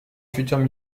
futures